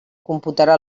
computarà